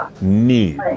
need